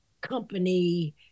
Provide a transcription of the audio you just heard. company